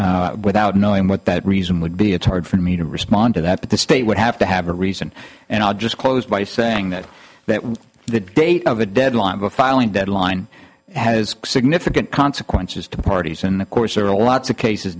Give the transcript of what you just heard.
without knowing what that reason would be it's hard for me to respond to that but the state would have to have a reason and i'll just close by saying that that the date of the deadline of a filing deadline has significant consequences to the parties in the course there are lots of cases